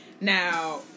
Now